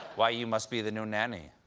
why, you must be the new nanny.